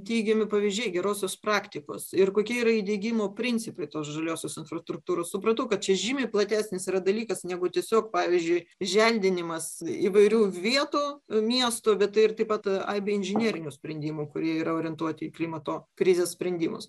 teigiami pavyzdžiai gerosios praktikos ir kokie yra įdiegimo principai tos žaliosios infrastruktūros supratau kad čia žymiai platesnis dalykas negu tiesiog pavyzdžiui želdinimas įvairių vietų miestų bet tai ir taip pat aibė inžinerinių sprendimų kurie yra orientuoti į klimato krizės sprendimus